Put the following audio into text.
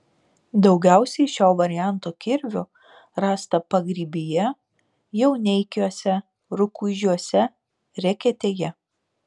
daugiausiai šio varianto kirvių rasta pagrybyje jauneikiuose rukuižiuose reketėje